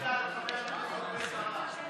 דילגת על חבר הכנסת בן ברק.